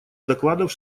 докладов